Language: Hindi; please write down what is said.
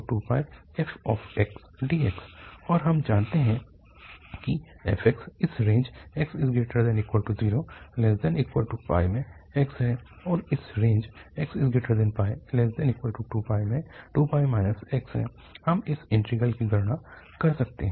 तो a0102πfdx और हम जानते हैं कि f इस रेंज 0≤x में x है और रेंज x≤2 में 2 x है हम इस इंटीग्रल की गणना कर सकते हैं